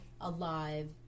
alive